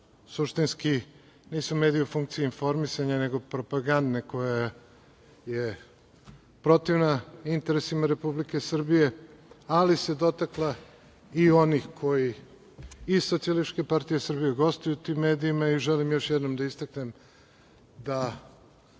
suštinski nisu mediji u funkciji informisanja, nego propagande koja je protivna interesima Republike Srbije, ali se dotakla i onih koji iz Socijalističke partije Srbije gostuju u tim medijima i želim još jednom da istaknem da